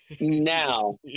now